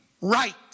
right